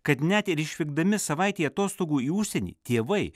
kad net ir išvykdami savaitei atostogų į užsienį tėvai